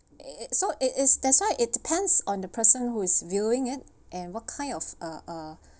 it's so it is that's why it depends on the person who is viewing it and what kind of uh uh